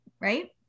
right